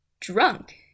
drunk